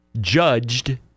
judged